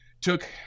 took